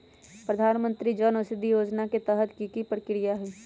प्रधानमंत्री जन औषधि योजना के तहत की की प्रक्रिया होई?